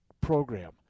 program